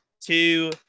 two